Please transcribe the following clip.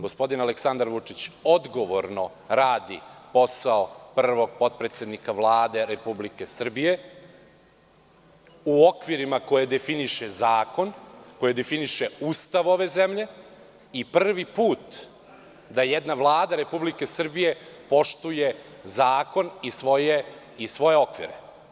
Gospodin Aleksandar Vučić odgovorno radi posao prvog potpredsednika Vlade Republike Srbije u okvirima koje definiše zakon, koje definiše Ustav ove zemlje i prvi put da jedna Vlada Republike Srbije poštuje zakon i svoje okvire.